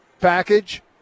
package